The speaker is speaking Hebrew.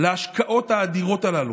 להשקעות האדירות הללו,